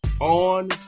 on